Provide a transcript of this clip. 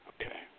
Okay